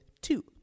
two